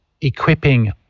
equipping